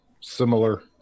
similar